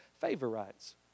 favorites